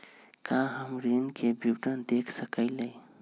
का हम ऋण के विवरण देख सकइले?